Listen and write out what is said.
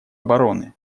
обороны